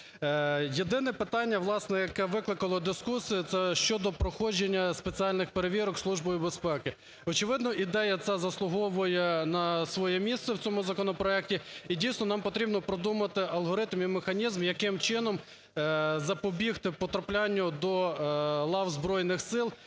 Єдине питання, власне, яке викликало дискусію, це щодо проходження спеціальних перевірок Службою безпеки. Очевидно, ідея ця заслуховує на своє місце в цьому законопроекті. І, дійсно, нам потрібно продумати алгоритм і механізм, яким чином запобігти потраплянню до лав Збройних Сил,